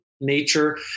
nature